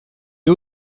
est